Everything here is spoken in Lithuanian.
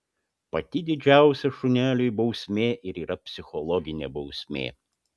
pati didžiausia šuneliui bausmė ir yra psichologinė bausmė